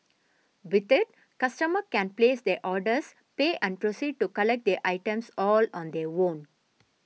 with it customer can place their orders pay and proceed to collect their items all on their own